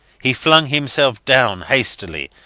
he flung himself down hastily,